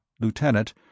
lieutenant